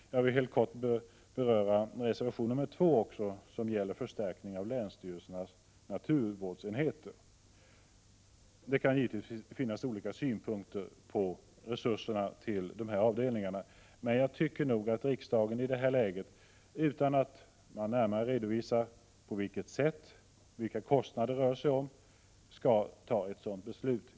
Jag vill också helt kort beröra reservation nr 2, som gäller förstärkning av länsstyrelsernas naturvårdsenheter. Det kan givetvis finnas olika synpunkter på resurserna till de avdelningarna, men jag tycker inte att riksdagen i det här läget, utan närmare redovisning av vilka kostnader det rör sig om, skall fatta ett sådant beslut.